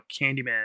Candyman